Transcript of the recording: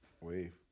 Wave